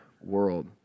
world